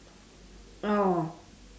oh